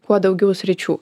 kuo daugiau sričių